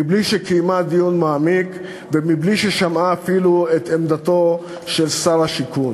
בלי שקיימה דיון מעמיק ובלי ששמעה אפילו את עמדתו של שר השיכון.